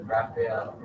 Raphael